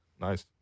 Nice